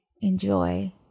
enjoy